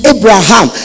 Abraham